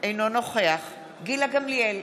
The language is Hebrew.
גילה גמליאל,